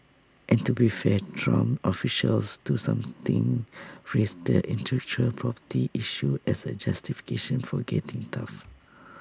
and to be fair Trump officials do something raise the intellectual property issue as A justification for getting tough